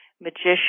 magician